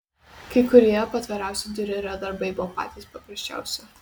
kai kurie patvariausi diurerio darbai buvo patys paprasčiausi